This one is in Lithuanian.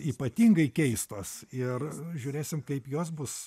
ypatingai keistos ir žiūrėsim kaip jos bus